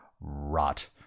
Rot